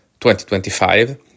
2025